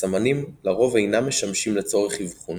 הסמנים לרוב אינם משמשים לצורך אבחון